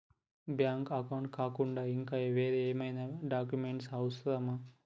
Bank account కాకుండా ఇంకా వేరే ఏమైనా డాక్యుమెంట్స్ అవసరమా?